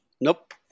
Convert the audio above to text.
Nope